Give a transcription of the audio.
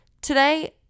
today